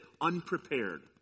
unprepared